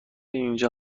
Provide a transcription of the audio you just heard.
اینجا